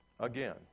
Again